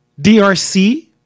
DRC